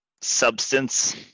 substance